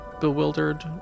bewildered